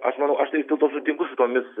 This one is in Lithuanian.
aš manau aš tai vis dėlto sutinku su tomis